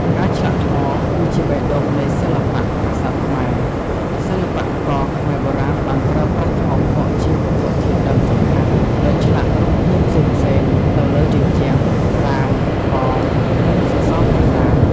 ការឆ្លាក់ថ្ម គឺជាបេះដូងនៃសិល្បៈប្រាសាទខ្មែរ សិល្បករខ្មែរបុរាណបានប្រើប្រាស់ថ្មភក់ជាវត្ថុធាតុដើមសំខាន់ ដោយឆ្លាក់រូបភាពផ្សេងៗទៅលើជញ្ជាំង ប្រាង្គ ប៉ម និងសសរប្រាសាទ។